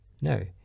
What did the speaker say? No